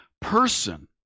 person